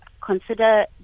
consider